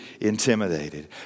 intimidated